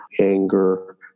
anger